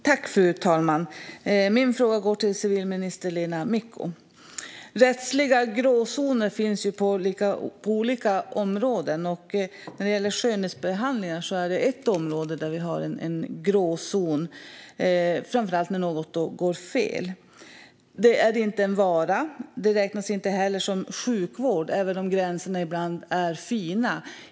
Fru talman! Min fråga går till civilminister Lena Micko. Rättsliga gråzoner finns på olika områden. Skönhetsbehandlingar är ett område där det finns en gråzon, framför allt när något går fel. Det är inte en vara. Det räknas inte heller som sjukvård även om gränserna ibland är flytande.